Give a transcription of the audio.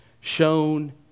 shown